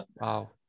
wow